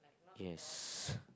yes